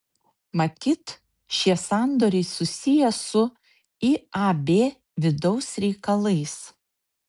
matyt šie sandoriai susiję su iab vidaus reikalais